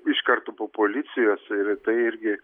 iš karto po policijos ir tai irgi